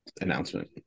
announcement